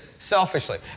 Selfishly